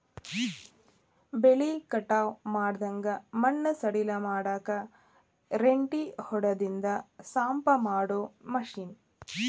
ಬೆಳಿ ಕಟಾವ ಮಾಡಿಂದ ಮಣ್ಣ ಸಡಿಲ ಮಾಡಾಕ ರೆಂಟಿ ಹೊಡದಿಂದ ಸಾಪ ಮಾಡು ಮಿಷನ್